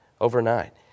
overnight